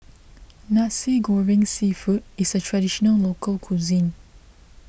Nasi Goreng Seafood is a Traditional Local Cuisine